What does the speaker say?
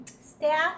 staff